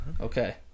Okay